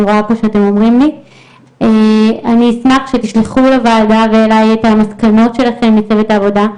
אני אשמח שתשלחו לוועדה ואליי את המסקנות שלכם מצוות העבודה,